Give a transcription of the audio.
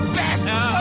better